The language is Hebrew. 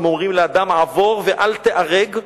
אם אומרים לאדם עבור ואל תיהרג,